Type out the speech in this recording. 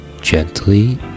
Gently